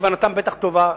כוונתם בטח טובה.